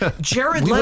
Jared